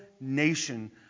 nation